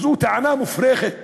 אז זו טענה מופרכת.